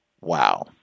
wow